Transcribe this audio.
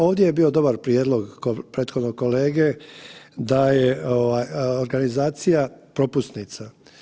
Ovdje je bio dobar prijedlog prethodnog kolege, da je organizacija propusnica.